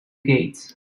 gates